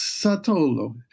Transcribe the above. satolo